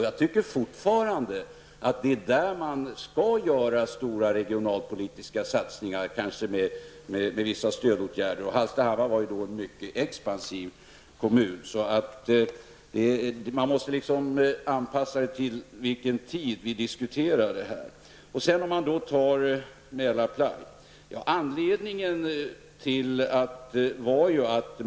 Jag tycker fortfarande att det är där man skall göra stora regionalpolitiska satsningar, kanske med vissa stödåtgärder. Hallstahammar var då en mycket expansiv kommun. Man måste alltså anpassa detta till den tid som vi diskuterar detta. Beträffande Mälarply vill jag säga följande.